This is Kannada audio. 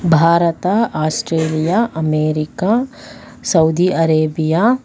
Bharat Australia America Saudi Arabia